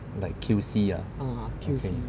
like Q_C ah okay